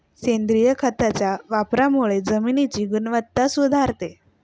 सेंद्रिय खताच्या वापरामुळे जमिनीची गुणवत्ता सुधारते